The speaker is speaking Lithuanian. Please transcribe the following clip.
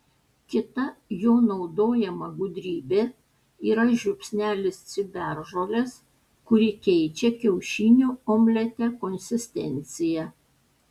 kita jo naudojama gudrybė yra žiupsnelis ciberžolės kuri keičia kiaušinių omlete konsistenciją